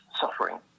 suffering